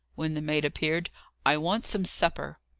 when the maid appeared i want some supper.